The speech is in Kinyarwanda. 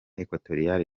equatoriale